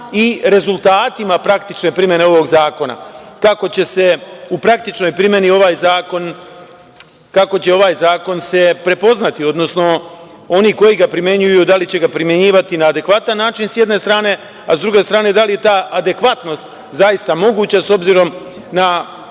i rezultatima praktične primene ovog zakona. Kako će se u praktičnoj primeni ovaj zakon prepoznati, odnosno oni koji ga primenjuju da li će ga primenjivati na adekvatan način, sa jedne strane, a sa druge strane da li je ta adekvatnost zaista moguća, s obzirom na